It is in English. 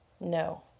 No